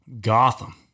Gotham